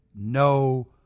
No